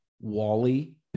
Wally